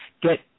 get